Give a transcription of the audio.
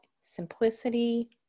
simplicity